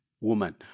Woman